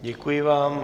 Děkuji vám.